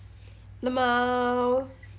lmao